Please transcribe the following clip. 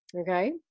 okay